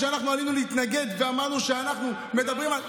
כשאנחנו עלינו להתנגד ואמרנו שאנחנו מדברים על,